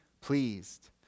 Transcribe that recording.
pleased